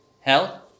hell